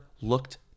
Looked